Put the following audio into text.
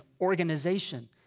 organization